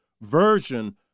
version